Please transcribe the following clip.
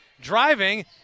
Driving